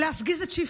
להפגיז את שיפא.